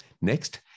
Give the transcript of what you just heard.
Next